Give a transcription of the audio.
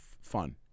fun